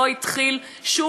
גם בתהליך החקיקה,